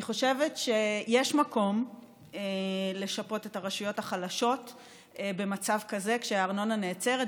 אני חושבת שיש מקום לשפות את הרשויות החלשות במצב כזה שהארנונה נעצרת,